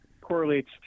correlates